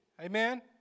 Amen